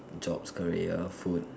jobs career food